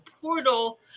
portal